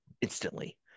instantly